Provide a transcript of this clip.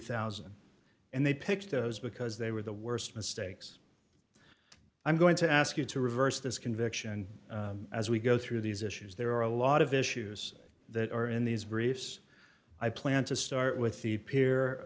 thousand and they picked those because they were the worst mistakes i'm going to ask you to reverse this conviction as we go through these issues there are a lot of issues that are in these briefs i plan to start with the peer